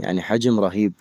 ،يعني حجم رهيب